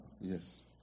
Yes